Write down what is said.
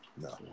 no